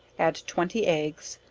add twenty eggs,